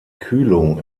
kühlung